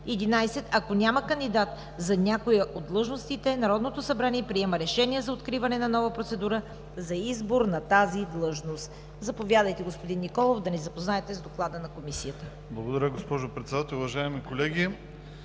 11. Ако няма кандидат за някоя от длъжностите, Народното събрание приема решение за откриване на нова процедура за избор за тази длъжност.“ Заповядайте, господин Николов, да ни запознаете с Доклада на Комисията. ДОКЛАДЧИК ВАЛЕНТИН НИКОЛОВ: Благодаря, госпожо Председател. Уважаеми колеги,